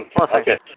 Okay